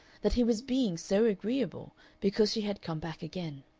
that he was being so agreeable because she had come back again.